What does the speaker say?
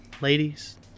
ladies